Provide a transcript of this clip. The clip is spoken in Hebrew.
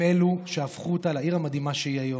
הם אלה שהפכו אותה לעיר המדהימה שהיא היום,